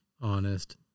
honest